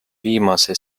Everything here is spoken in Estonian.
viimase